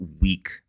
week